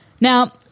Now